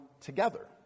together